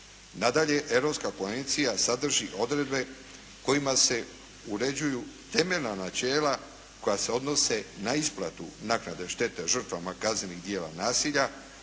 Nadalje, Europska konvencija sadrži odredbe kojima se uređuju temeljna načela koja se odnose na isplatu naknade štete žrtvama kaznenih djela nasilja